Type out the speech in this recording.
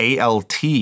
ALT